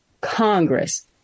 Congress